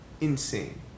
insane